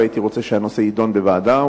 והייתי רוצה שהנושא יידון בוועדה,